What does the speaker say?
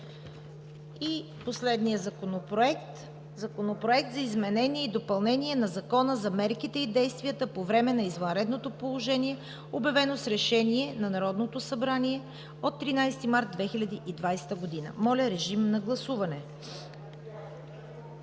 последния – Законопроект за изменение и допълнение на Закона за мерките и действията по време на извънредното положение, обявено с решение на Народното събрание от 13 март 2020 г. Моля, режим на гласуване.